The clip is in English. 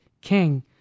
King